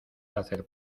hacer